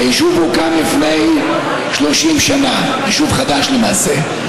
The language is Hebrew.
היישוב הוקם לפני 30 שנה, יישוב חדש למעשה.